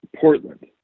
Portland